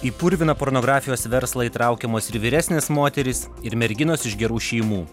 į purviną pornografijos verslą įtraukiamos ir vyresnės moterys ir merginos iš gerų šeimų